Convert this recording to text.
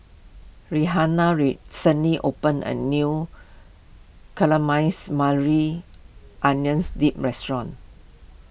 Rihanna recently opened a new Maui Onions Dip restaurant